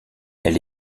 elle